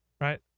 right